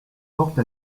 porte